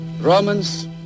Romans